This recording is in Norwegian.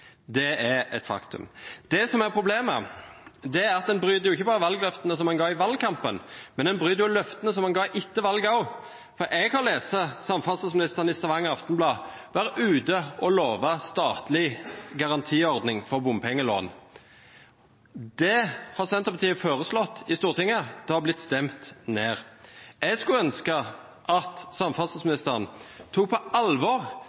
Det er et faktum. Det som er problemet, er at en ikke bare bryter valgløftene som en ga i valgkampen, en bryter løftene som en ga etter valget, også. I Stavanger Aftenblad leste jeg at samferdselsministeren var ute og lovet en statlig garantiordning for bompengelån. Det har Senterpartiet foreslått i Stortinget, men det har blitt stemt ned. Jeg skulle ønske at samferdselsministeren tok på alvor